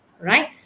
right